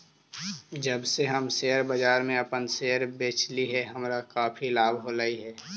जब से हम शेयर बाजार में अपन शेयर बेचली हे हमारा काफी लाभ होलई हे